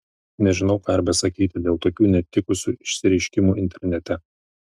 nežinau ką ir besakyti dėl tokių netikusių išsireiškimų internete